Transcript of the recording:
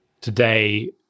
today